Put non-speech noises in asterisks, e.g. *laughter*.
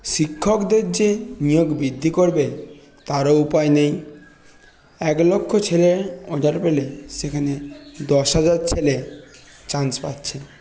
শিক্ষকদের যে নিয়োগ বৃদ্ধি করবে তারও উপায় নেই এক লক্ষ ছেলে *unintelligible* পেলে সেখানে দশ হাজার ছেলে চান্স পাচ্ছে